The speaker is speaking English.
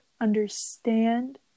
understand